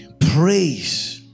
Praise